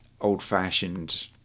old-fashioned